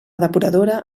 depuradora